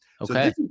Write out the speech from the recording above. okay